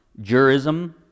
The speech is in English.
jurism